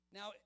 Now